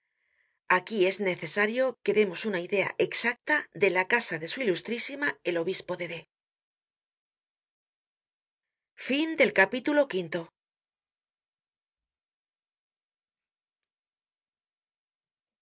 aquí es necesario que demos una idea exacta de la casa de su ilusirísima el obispo de